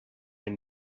and